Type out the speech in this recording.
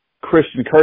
Christian